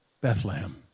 Bethlehem